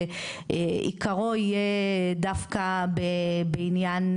שעיקרו יהיה דווקא בעניין